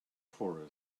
for